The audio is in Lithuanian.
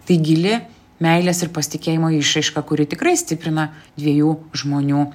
tai gili meilės ir pasitikėjimo išraiška kuri tikrai stiprina dviejų žmonių